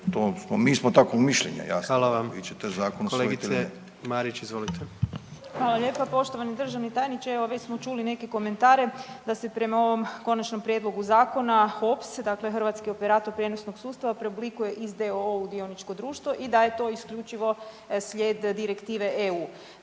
Marić, izvolite. **Marić, Andreja (SDP)** Hvala lijepa. Poštovani državni tajniče. Evo već smo čuli neke komentare da se prema ovom Konačnom prijedlogu Zakona HOPS dakle Hrvatski operator prijenosnog sustava preoblikuje iz d.o.o. u dioničko društvo i da je to isključivo slijed direktive EU.